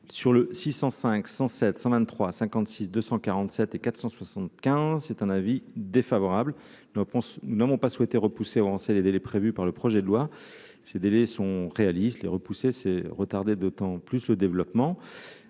cinq cent sept 23 56 247 et 475 c'est un avis défavorable ne pense ne m'ont pas souhaité repousser les délais prévus par le projet de loi, ces délais sont réalistes, les repousser, c'est retarder d'autant plus le développement